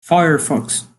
firefox